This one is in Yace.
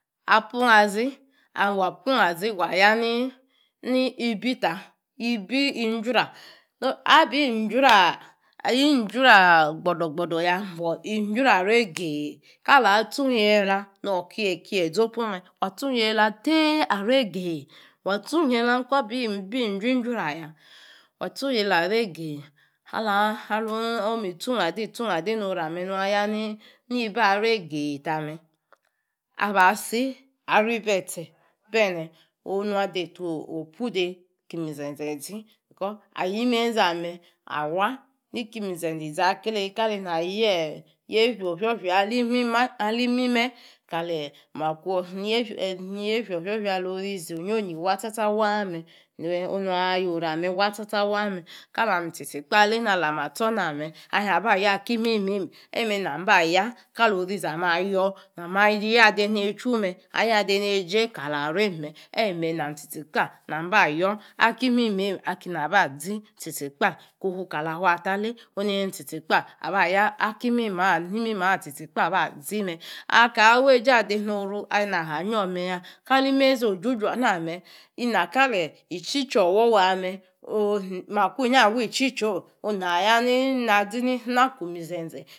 Apung azi, wa pung azi wa ya ni ibeta? Ibi injuara, ahabi- injuara? Injuara gbo̱do̱gbo ya, but injuara arege cala tsung yela no̱ kie kie zopu me. Wa tsung yelatearege. Wa-tsun yela kruabi bi. bi injui juara ya. Wa tsun yela arege. Ala homi stung ade stung ade orame ola ya̱ ni injuare ge tame waba si aribeste onu na deta opu de kimi zenzen zi. Yusti Ayimeze ame awa kimizenze izadey ayefia me. Alimime kale alorizi onyonyi wa tsa tsa onu nua ha yorame wa tsa tsa wa me. Kalami nukana alama tsor alena me, anha ba yo̱ aki mimeim eme namba yor kala lorizi ame na ma ya. de ne chu me kaleje kalaror nam kps aba yor akim mimiem me. Aka weje ade onuru ana ha nyor meya, kali mezi ojuju aname, inakakaki ichicha owowa me.